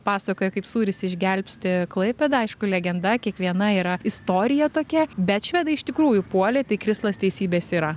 pasakoja kaip sūris išgelbsti klaipėdą aišku legenda kiekviena yra istorija tokia bet švedai iš tikrųjų puolė tai krislas teisybės yra